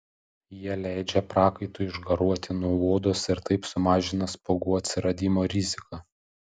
jie leidžia prakaitui išgaruoti nuo odos ir taip sumažina spuogų atsiradimo riziką